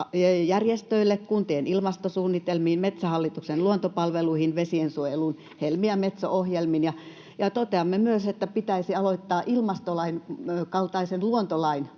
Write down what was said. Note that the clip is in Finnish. järjestöille, kuntien ilmastosuunnitelmiin, Metsähallituksen luontopalveluihin, vesiensuojeluun, Helmi- ja Metso-ohjelmiin. Toteamme myös, että pitäisi aloittaa ilmastolain kaltaisen luontolain